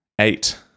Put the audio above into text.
eight